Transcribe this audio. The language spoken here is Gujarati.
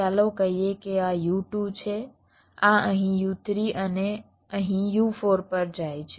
ચાલો કહીએ કે આ U2 છે આ અહીં U3 અને અહીં U4 પર જાય છે